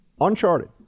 Uncharted